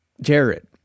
Jared